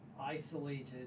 isolated